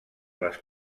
les